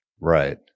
Right